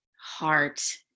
heart